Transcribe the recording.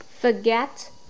Forget